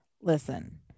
listen